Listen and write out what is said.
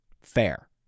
Fair